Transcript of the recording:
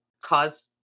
cause